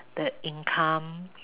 the income